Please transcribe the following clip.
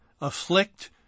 afflict